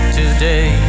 today